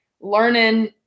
learning